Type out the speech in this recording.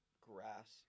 Grass